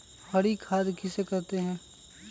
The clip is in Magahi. हरी खाद किसे कहते हैं?